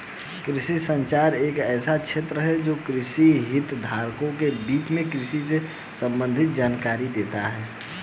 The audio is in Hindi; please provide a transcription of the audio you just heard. कृषि संचार एक ऐसा क्षेत्र है जो कृषि हितधारकों के बीच कृषि से संबंधित जानकारी देता है